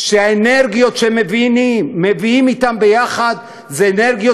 שהאנרגיות שהם מביאים אתם יחד הן אנרגיות